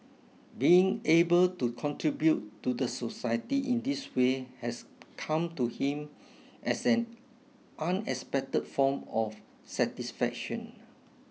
being able to contribute to the society in this way has come to him as an unexpected form of satisfaction